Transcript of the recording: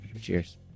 Cheers